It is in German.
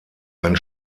ein